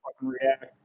react